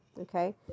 okay